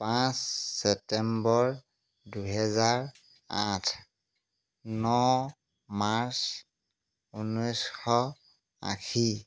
পাঁচ ছেপ্টেম্বৰ দুহেজাৰ আঠ ন মাৰ্চ ঊনৈছশ আশী